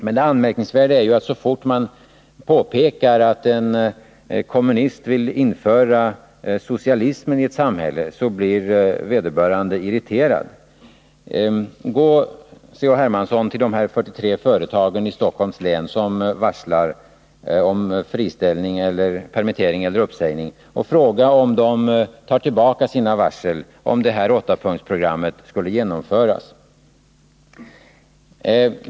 Men det anmärkningsvärda är att så fort man påpekar att en kommunist vill införa socialism i ett samhälle, blir vederbörande irriterad. Gå, C.-H. Hermansson, till de 43 företag i Stockholms län som varslar om permitteringar eller uppsägning och fråga om de tar tillbaka sina varsel, om detta åttapunktsprogram skulle genomföras!